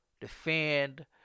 defend